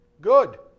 Good